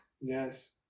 Yes